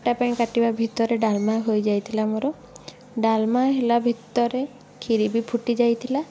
ଖଟା ପାଇଁ କାଟିବା ଭିତରେ ଡ଼ାଲମା ହୋଇଯାଇଥିଲା ମୋର ଡ଼ାଲମା ହେଲା ଭିତରେ କ୍ଷୀରି ବି ଫୁଟିଯାଇଥିଲା